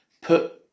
Put